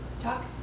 Talk